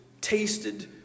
tasted